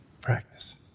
Practice